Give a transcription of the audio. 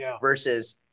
versus